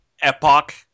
Epoch